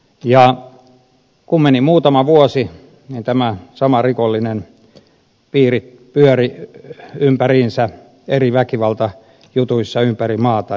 ja kun meni muutama vuosi niin tämä sama rikollinen piiri pyöri ympäriinsä eri väkivaltajutuissa ympäri maata